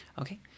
Okay